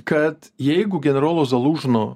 kad jeigu generolo zalužno